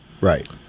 Right